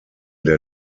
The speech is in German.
der